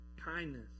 kindness